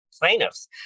plaintiffs